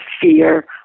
fear